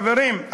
חברים,